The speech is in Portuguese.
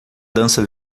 dança